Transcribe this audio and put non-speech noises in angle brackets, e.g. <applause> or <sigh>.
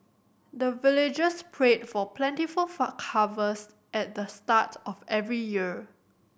the villagers pray for plentiful <unintelligible> harvest at the start of every year